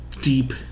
deep